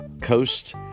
coast